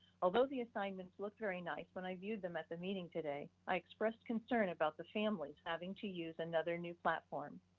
although the assignments look very nice when i viewed them at the meeting today, i expressed concern about the families having to use another new platform.